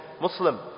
Muslim